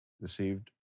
received